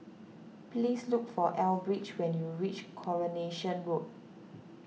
please look for Elbridge when you reach Coronation Road